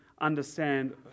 understand